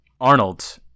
Arnold